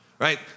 Right